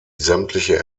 sämtliche